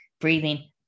breathing